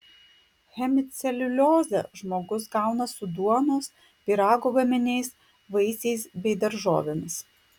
hemiceliuliozę žmogus gauna su duonos pyrago gaminiais vaisiais bei daržovėmis